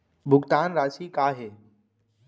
भुगतान राशि का हे?